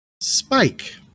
Spike